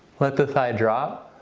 let the thigh drop.